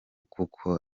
kuko